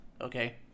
okay